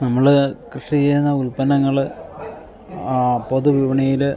നമ്മൾ കൃഷി ചെയ്യുന്ന ഉൽപ്പന്നങ്ങൾ പൊതു വിപണിയിൽ